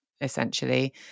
essentially